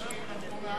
השר שמחון,